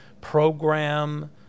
program